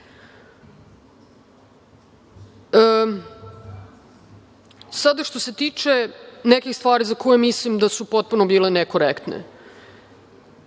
što se tiče nekih stvari za koje mislim da su potpuno bile nekorektne.